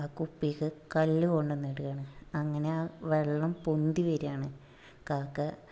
ആ കുപ്പിയിൽ കല്ല് കൊണ്ട് വന്ന് ഇടുകാണ് അങ്ങനെ വെള്ളം പൊന്തി വരാണ് കാക്ക